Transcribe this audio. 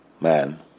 man